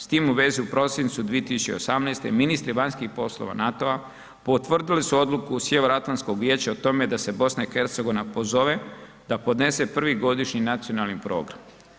S tim u vezi u prosincu 2018. ministri vanjskih poslova NATO-a potvrdili su odluku Sjeveroatlantskog vijeća o tome da se BiH pozove da podnese prvi godišnji nacionalni program.